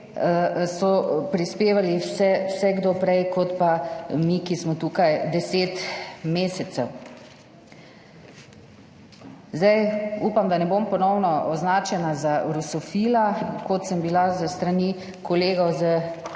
so prispevali vse kdo prej kot pa mi, ki smo tukaj deset mesecev. Upam, da ne bom ponovno označena za rosofila, kot sem bila s strani kolegov iz